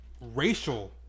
racial